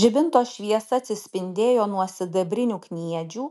žibinto šviesa atsispindėjo nuo sidabrinių kniedžių